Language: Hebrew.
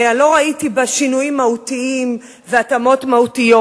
אני לא ראיתי בה שינויים מהותיים והתאמות מהותיות.